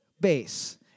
bass